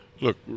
Look